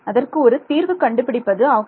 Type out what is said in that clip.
அதற்கு ஒரு தீர்வு கண்டுபிடிப்பது ஆகும்